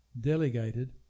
delegated